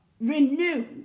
renew